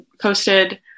posted